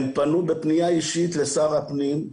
הם פנו בפנייה אישית לשר הפנים,